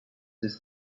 his